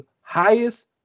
highest